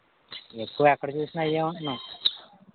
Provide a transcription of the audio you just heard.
ఎక్కువ ఎక్కడ చూసిన అయ్యే ఉంటున్నాయి